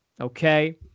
okay